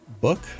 book